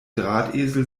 drahtesel